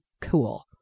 Cool